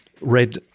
red